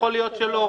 ויכול להיות שלא.